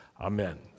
Amen